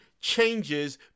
changes